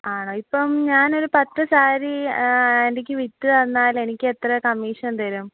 ആണോ ഇപ്പം ഞാൻ ഒരു പത്ത് സാരി എനിക്ക് വിറ്റ് തന്നാൽ എനിക്ക് എത്ര കമ്മീഷൻ തരും